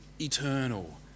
eternal